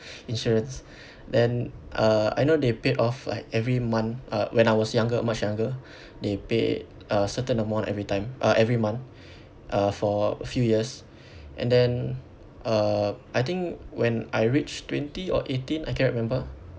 insurance then uh I know they paid off like every month uh when I was younger much younger they paid a certain amount every time uh every month uh for a few years and then uh I think when I reach twenty or eighteen I cannot remember